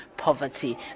poverty